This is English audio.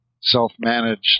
self-managed